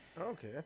Okay